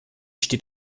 steht